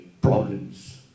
problems